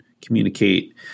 communicate